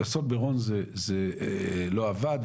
באסון מירון זה לא עבד.